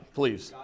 please